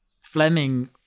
Fleming